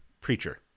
preacher